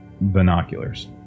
binoculars